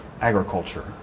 agriculture